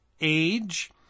age